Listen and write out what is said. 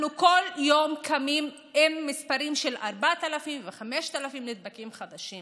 אנחנו כל יום קמים עם מספרים של 4,000 ו-5,000 נדבקים חדשים,